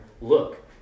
Look